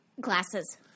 Glasses